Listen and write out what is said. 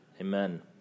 Amen